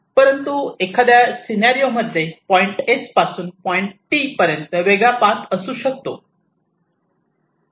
परंतु एखाद्या सिनारिओ मध्ये पॉईंट S पासून पॉईंट T पर्यंत वेगळा पाथ असू शकतो